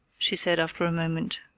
she said after a moment.